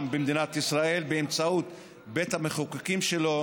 במדינת ישראל באמצעות בית המחוקקים שלו,